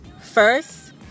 first